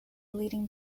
leading